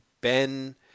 Ben